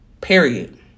period